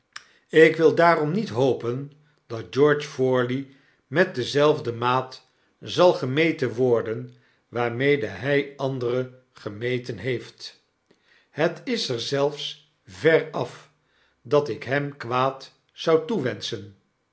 ik wil daarom niet hopen dat george forley met dezelfde maat zal gemeten worden waarmede hy anderen gemeten heeft het is er zelfs ver af dat ik hem kwaad zou toewenschen